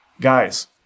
Guys